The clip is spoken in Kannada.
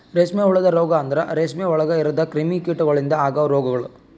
ರೇಷ್ಮೆ ಹುಳದ ರೋಗ ಅಂದುರ್ ರೇಷ್ಮೆ ಒಳಗ್ ಇರದ್ ಕ್ರಿಮಿ ಕೀಟಗೊಳಿಂದ್ ಅಗವ್ ರೋಗಗೊಳ್